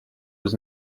was